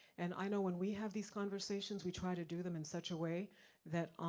and i know when we have these conversations, we try to do them in such a way that,